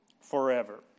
forever